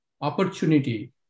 opportunity